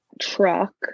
truck